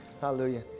hallelujah